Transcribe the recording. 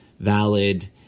valid